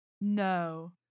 No